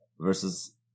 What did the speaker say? versus